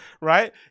right